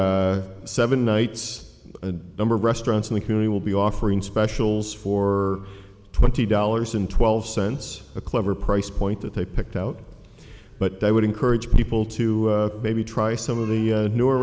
seven nights a number of restaurants in the county will be offering specials for twenty dollars and twelve cents a clever price point that they picked out but i would encourage people to maybe try some of the newer